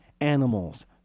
animals